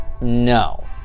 No